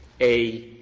a